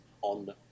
on